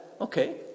Okay